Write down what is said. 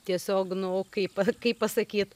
tiesiog nu kaip kaip pasakyt